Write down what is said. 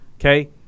Okay